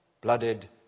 blooded